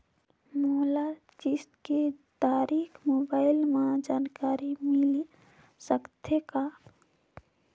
मोला किस्त के तारिक मोबाइल मे जानकारी मिल सकथे का?